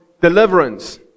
deliverance